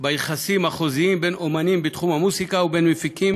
ביחסים החוזיים בין אמנים בתחום המוזיקה ובין מפיקים,